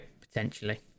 potentially